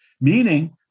meaning